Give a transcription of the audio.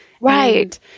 Right